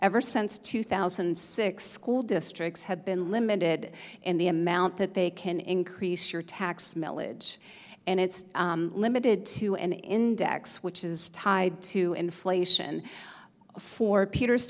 ever since two thousand and six school districts have been limited in the amount that they can increase your tax millage and it's limited to an index which is tied to inflation for peters